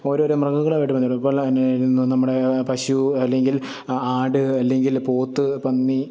ഓരോരോ മൃഗങ്ങളുമായിട്ട് ബന്ധപ്പെട്ട് ഇപ്പോൾ ഉള്ള നമ്മുടെ പശു അല്ലെങ്കില് ആട് അല്ലെങ്കിൽ പോത്ത് പന്നി